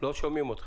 לא שומעים אותך.